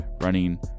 running